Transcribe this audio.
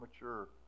mature